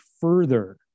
further